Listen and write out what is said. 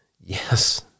yes